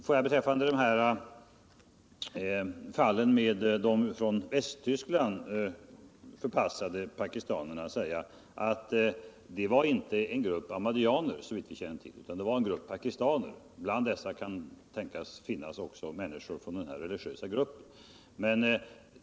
Får jag beträffande de från Västtyskland förpassade pakistanerna säga att det inte var en grupp ahmadiyyaner, såvitt vi känner till, utan en grupp pakistaner. Bland dem kan det tänkas ha funnits också människor från denna religiösa grupp.